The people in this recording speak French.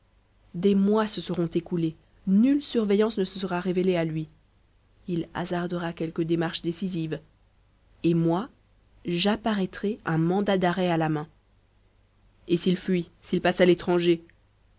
des mois se seront écoulés nulle surveillance ne se sera révélée à lui il hasardera quelque démarche décisive et moi j'apparaîtrai un mandat d'arrêt à la main et s'il fuit s'il passe à l'étranger